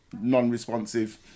non-responsive